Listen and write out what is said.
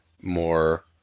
more